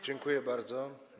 Dziękuję bardzo.